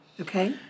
Okay